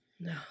No